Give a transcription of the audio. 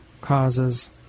causes